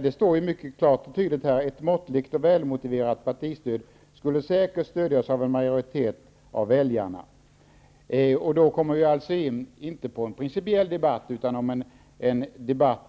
Det står klart och tydligt i reservationen: ''Ett måttligt och välmotiverat partistöd skulle säkert stödjas av en majoritet av väljarna.'' Då kommer vi in på en debatt som inte handlar om principerna utan